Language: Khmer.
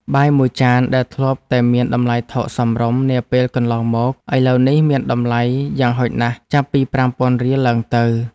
បាយមួយចានដែលធ្លាប់តែមានតម្លៃថោកសមរម្យនាពេលកន្លងមក ឥឡូវនេះមានតម្លៃយ៉ាងហោចណាស់ចាប់ពីប្រាំពាន់រៀលឡើងទៅ។